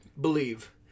believe